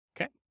okay